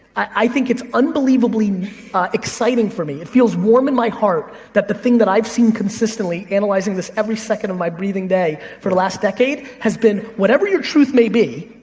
i think it's unbelievably exciting for me, it feels warm in my heart that the thing i've seen consistently, analyzing this every second of my breathing day for the last decade, has been whatever your truth may be,